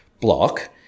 block